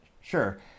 sure